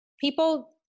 People